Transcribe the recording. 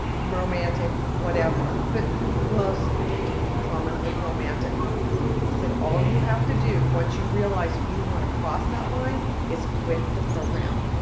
and romantic, whatever, but most commonly romantic love i said all you have to do once you realize you want to cross that line is quit the program.